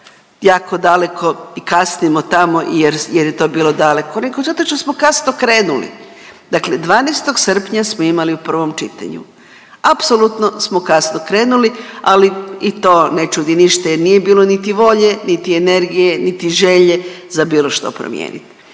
jako daleko i kasnimo tamo jer je to bilo daleko nego zato što smo kasno krenuli. Dakle, 12. srpnja smo imali u prvom čitanju, apsolutno smo kasno krenuli, ali i to ne čudi ništa jer nije bilo niti volje, niti energije, niti želje za bilo što promijeniti.